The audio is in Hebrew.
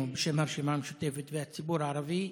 תנחומינו, בשם הרשימה המשותפת והציבור הערבי.